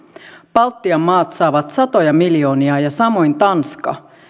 baltian maat saavat satoja miljoonia samoin tanska